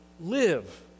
live